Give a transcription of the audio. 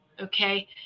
Okay